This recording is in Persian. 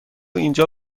اینجا